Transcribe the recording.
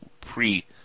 pre